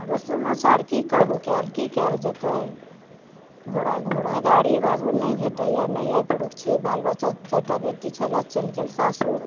आरो समाचार की कहू की कैल जेतै घोड़ा घोड़ा गाड़ी बाबू नहि भेटैये ने अइ पुरुष छै बाल बच्चा चारिटा बेटी छलै चलि गेल सासुर